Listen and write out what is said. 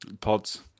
Pods